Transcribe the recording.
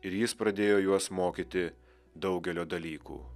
ir jis pradėjo juos mokyti daugelio dalykų